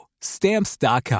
Stamps.com